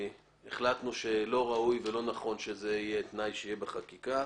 החלטנו שלא ראוי ולא נכון שזה יהיה תנאי שיהיה בחקיקה.